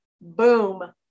boom